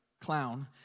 clown